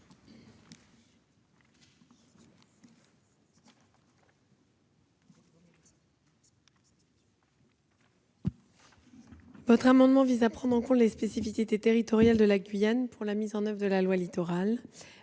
L'amendement n° 557 vise à la prise en compte des spécificités territoriales de la Guyane pour la mise en oeuvre de la loi Littoral,